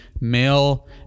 male